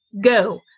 go